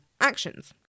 actions